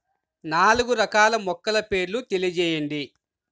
నాలుగు రకాల మొలకల పేర్లు తెలియజేయండి?